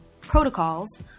protocols